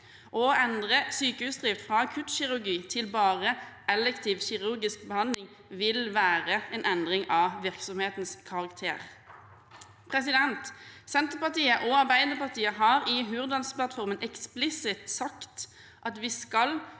Å endre sykehusdrift fra akuttkirurgi til bare elektiv kirurgisk behandling vil være en endring av virksomhetens karakter. Senterpartiet og Arbeiderpartiet har i Hurdalplattformen eksplisitt sagt at vi skal